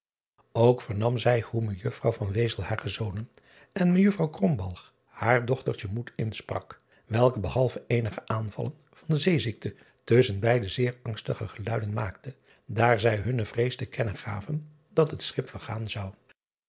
ok vernam zij hoe ejuffrouw hare zonen en ejuffrouw haar dochtertje moed insprak welke behalve eenige aanvallen van zeeziekte tusschen beide zeer angstige geluiden maakten daar zij hunne vrees te kennen gaven dat het schip vergaan zou